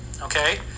Okay